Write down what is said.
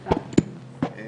אני